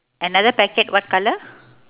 another packet what colour